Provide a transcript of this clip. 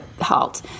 halt